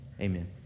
Amen